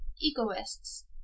egoists